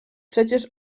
przecież